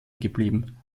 geblieben